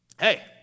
hey